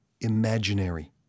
imaginary